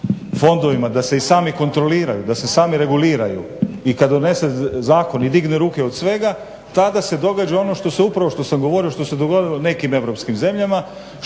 da se i sami kontroliraju da se sami reguliraju i kad donesu zakoni i digne ruke od svega, tada se događa ono što sam upravo govorio ono što se dogodilo nekim europskim zemljama,